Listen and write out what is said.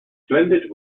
splendid